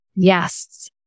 Yes